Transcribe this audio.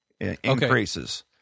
increases